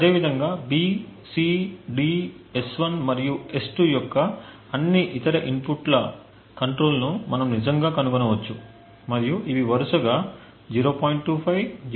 అదేవిధంగా B C D S1 మరియు S2 యొక్క అన్ని ఇతర ఇన్పుట్ల కంట్రోల్ను మనం నిజంగా కనుగొనవచ్చు మరియు ఇవి వరుసగా 0